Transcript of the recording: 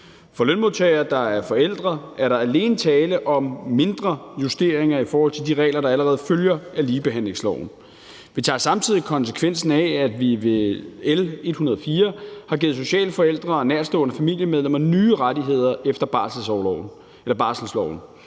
For lønmodtagere, der er forældre, er der alene tale om mindre justeringer i forhold til de regler, der allerede følger af ligebehandlingsloven. Vi tager samtidig konsekvensen af, at vi ved L 104 har givet sociale forældre og nærtstående familiemedlemmer nye rettigheder efter barselsloven.